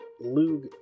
Lug